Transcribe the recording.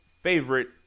favorite